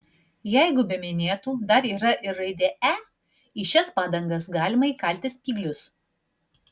jeigu be minėtų dar yra ir raidė e į šias padangas galima įkalti spyglius